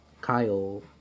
Kyle